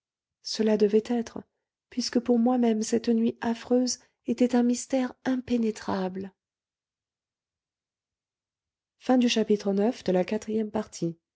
cela devait être puisque pour moi-même cette nuit affreuse était un mystère impénétrable